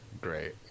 great